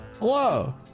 Hello